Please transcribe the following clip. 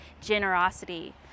generosity